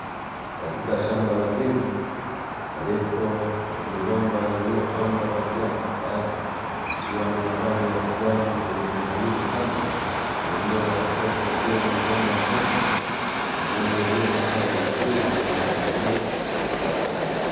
Katika shamba la ndizi, palipo na migomba iliyopandwa kwa njia ya mistari ikiwa na majani ya kijani iliyokunawiri sana. Upande wa kushoto ukiwa na mgomba mmoja, na mingine iliyona shanda za ndizi zinazoning'inia za kijani.